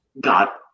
got